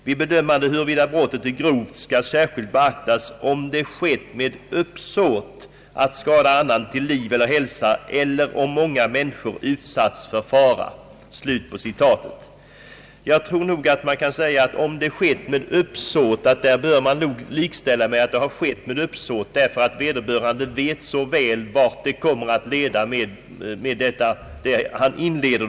Vid bedömande huruvida brottet är grovt skall särskilt beaktas, om det skett med uppsåt att skada annan till liv eller hälsa eller om många människor utsatts för fara.» När det gäller personer som handlar med narkotika tycker jag att det är uppenbart att gärningen skett med uppsåt att skada annan till liv eller hälsa — vederbörande vet så väl hur det kommer att sluta för dem som de har förlett.